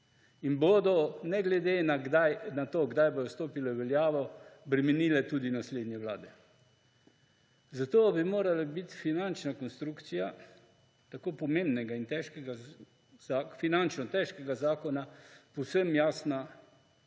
in bodo ne glede na to, kdaj bodo stopile v veljavo, bremenile tudi naslednje vlade. Zato bi morala biti finančna konstrukcija tako pomembnega in finančno težkega zakona povsem jasna,